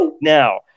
Now